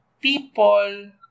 people